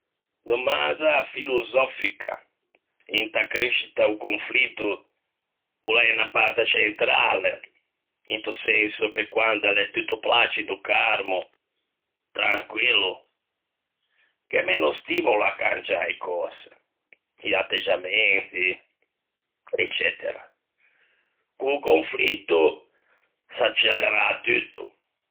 Domanda filosòfica: inta crescita o conflitto o l'é unna parte centrale, into senso che quande l'é tutto placido, carmo, tranquillo, gh'é meno stimolo à cangiâ e cöse, i atteggiamenti, eccetera. Co-o conflitto s'accelera tutto.